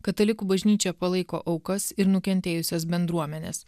katalikų bažnyčia palaiko aukas ir nukentėjusias bendruomenes